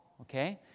okay